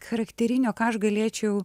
charakterinio ką aš galėčiau